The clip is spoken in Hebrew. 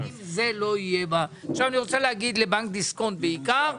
אני רוצה להגיד לבנק דיסקונט בעיקר,